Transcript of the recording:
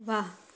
वाह